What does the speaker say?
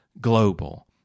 global